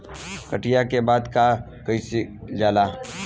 कटिया के बाद का कइल जाला?